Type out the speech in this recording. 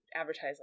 advertise